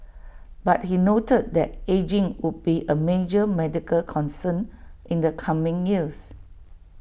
but he noted that ageing would be A major medical concern in the coming years